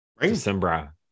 December